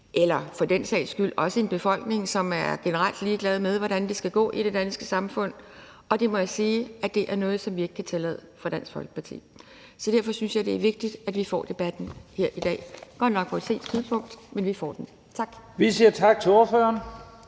kan for den sags skyld også være en befolkning, som generelt er ligeglade med, hvordan det skal gå i det danske samfund, og det må jeg sige er noget, som vi ikke kan tillade fra Dansk Folkepartis side. Så derfor synes jeg, det er vigtigt, at vi får debatten her i dag. Det er godt nok på et sent tidspunkt, men vi får den. Tak. Kl. 21:07 Første næstformand